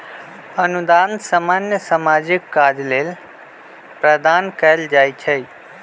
अनुदान सामान्य सामाजिक काज लेल प्रदान कएल जाइ छइ